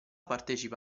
partecipa